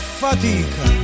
fatica